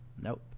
Nope